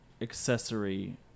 accessory